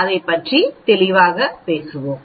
எனவே அதைப் பற்றி பேசுவோம்